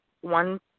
one